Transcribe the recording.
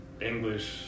English